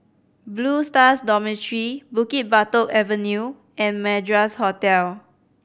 Blue Stars Dormitory Bukit Batok Avenue and Madras Hotel